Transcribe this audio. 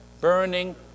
Burning